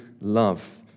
love